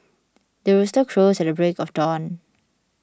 the rooster crows at the break of dawn